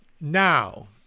now